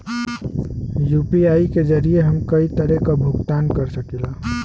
UPI के जरिये हम कई तरे क भुगतान कर सकीला